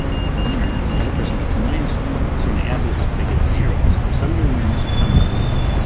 the winner. the other person gets minus one. so when i add those up they get zero. so there's someone who wins, someone who loses.